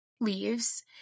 leaves